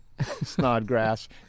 Snodgrass